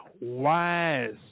wise